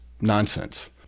nonsense